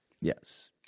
Yes